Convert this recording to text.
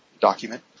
document